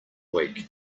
week